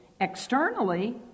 externally